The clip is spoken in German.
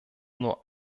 nur